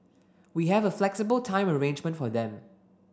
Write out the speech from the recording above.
we have a flexible time arrangement for them